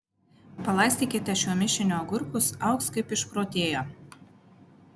palaistykite šiuo mišiniu agurkus augs kaip išprotėję